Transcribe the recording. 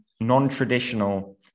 non-traditional